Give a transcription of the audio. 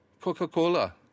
Coca-Cola